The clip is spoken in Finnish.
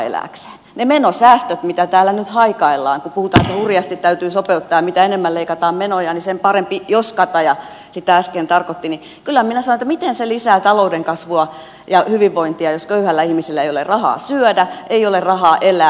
ne menosäästöt mitä täällä nyt haikaillaan kun puhutaan että hurjasti täytyy sopeuttaa mitä enemmän leikataan menoja niin sen parempi jos kataja sitä äsken tarkoitti niin kyllä minä sanon että miten se lisää talouden kasvua ja hyvinvointia jos köyhällä ihmisellä ei ole rahaa syödä ei ole rahaa elää